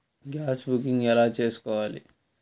Gas booking ఎలా చేసుకోవాలి?